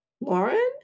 Lauren